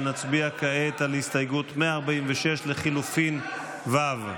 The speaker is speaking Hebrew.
נצביע כעת על הסתייגות 146 לחלופין ו'.